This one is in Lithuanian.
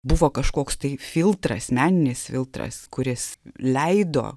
buvo kažkoks tai filtras meninis filtras kuris leido